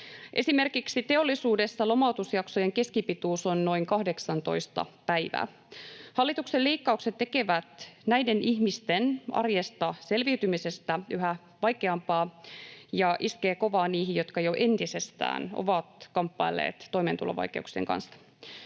Esimerkiksi teollisuudessa lomautusjaksojen keskipituus on noin 18 päivää. Hallituksen leikkaukset tekevät näiden ihmisten arjesta selviytymisestä yhä vaikeampaa ja iskevät kovaa niihin, jotka jo entisestään ovat kamppailleet toimeentulovaikeuksien kanssa.